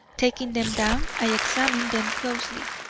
taking them down, i examined them closely.